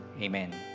Amen